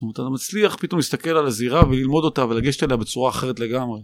אתה מצליח פתאום להסתכל על הזירה וללמוד אותה ולגשת אליה בצורה אחרת לגמרי